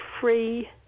free